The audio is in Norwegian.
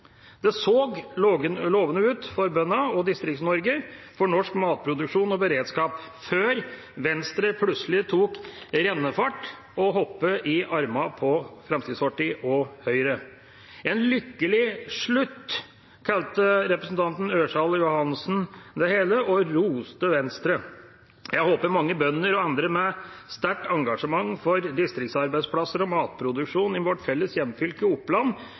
Det så lovende ut for bøndene og Distrikts-Norge, norsk matproduksjon og -beredskap før Venstre plutselig tok rennefart og hoppet i armene på Fremskrittspartiet og Høyre. En lykkelig slutt, kalte representanten Ørsal Johansen det hele og roste Venstre. Jeg håper mange bønder og andre med sterkt engasjement for distriktsarbeidsplasser og matproduksjon i vårt felles hjemfylke, Oppland,